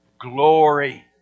glory